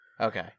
Okay